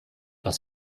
was